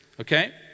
okay